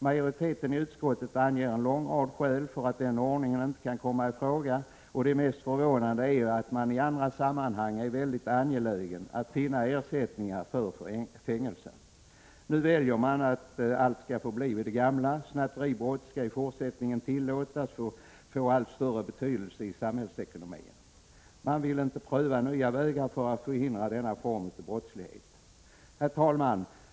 Majoriteten i utskottet anger en lång rad skäl för att den ordningen inte kan komma i fråga. Och det mest förvånande är att man i andra sammanhang är väldigt angelägen om att finna ersättningar för fängelse. Nu väljer man att låta allt vara som det tidigare har varit. Snatteribrott skall i fortsättningen tillåtas få allt större betydelse i samhällsekonomin. Man 87 vill inte pröva nya vägar för att förhindra denna form av brottslighet. Herr talman!